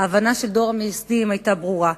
ההבנה של דור המייסדים היתה ברורה: